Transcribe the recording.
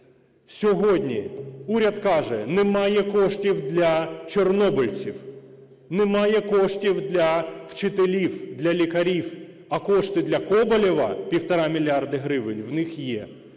Сьогодні уряд каже: немає коштів для чорнобильців, немає коштів для вчителів, для лікарів. А кошти для Коболєва – півтора мільярда гривень – в них є!